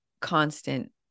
constant